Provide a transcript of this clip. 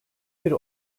bir